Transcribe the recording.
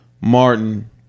Martin